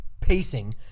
pacing